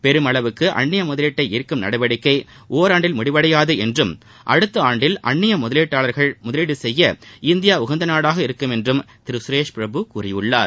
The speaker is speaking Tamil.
பெருமளவுக்கு அன்னிய முதலீட்டை ஈர்க்கும் நடவடிக்கை ஓராண்டில் முடிவடையாது என்றும் அடுத்த ஆண்டில் அன்னிய முதலீட்டாளர்கள் முதலீடு செய்ய இந்தியா உகந்த நாடாக இருக்கும் என்று அவர் கூறியுள்ளார்